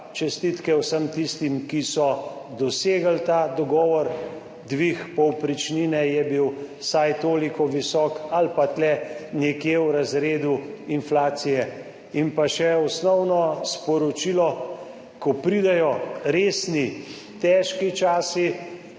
Čestitke vsem tistim, ki so dosegli ta dogovor. Dvig povprečnine je bil vsaj toliko visok ali pa tu nekje v razredu inflacije. In pa še osnovno sporočilo, ko pridejo resni, težki časi,